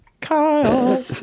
Kyle